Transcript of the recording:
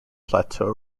plateau